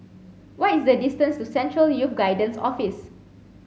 what is the distance to Central Youth Guidance Office